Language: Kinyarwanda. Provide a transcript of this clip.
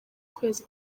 kwezi